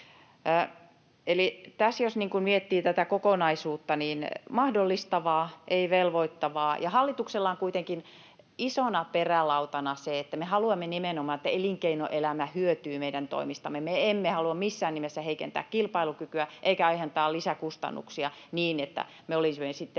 Eli tässä jos miettii tätä kokonaisuutta: niin mahdollistavaa, ei velvoittavaa. Ja hallituksella on kuitenkin isona perälautana se, että me haluamme nimenomaan, että elinkeinoelämä hyötyy meidän toimistamme. Me emme halua missään nimessä heikentää kilpailukykyä emmekä aiheuttaa lisäkustannuksia niin, että me olisimme sitten